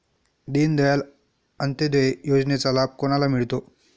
दीनदयाल अंत्योदय योजनेचा लाभ कोणाला मिळतो?